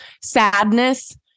sadness